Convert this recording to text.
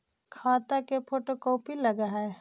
खाता के photo copy लगहै?